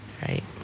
right